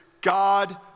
God